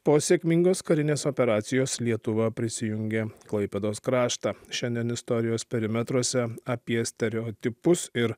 po sėkmingos karinės operacijos lietuva prisijungė klaipėdos kraštą šiandien istorijos perimetruose apie stereotipus ir